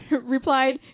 replied